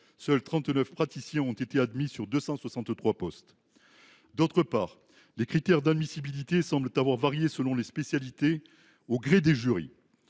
seuls 39 praticiens ont été admis sur 263 postes. D’autre part, les critères d’admissibilité semblent avoir varié selon les spécialités au gré des jurys.